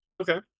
Okay